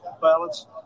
ballots